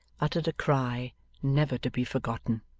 uttered a cry never to be forgotten.